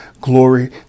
glory